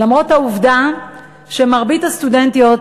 למרות העובדה שמרבית הסטודנטיות,